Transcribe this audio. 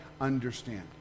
understand